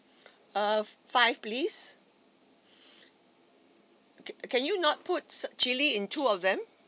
uh five please can can you not put chilli in two of them